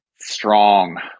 Strong